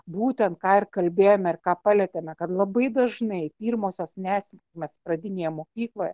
būtent ką ir kalbėjome ir ką palietėme kad labai dažnai pirmosios nesėkmės pradinėje mokykloje